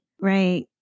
Right